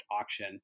auction